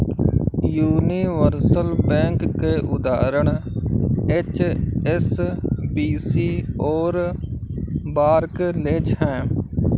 universal bank के उदाहरण HSBC और बार्कलेज हैं